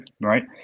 right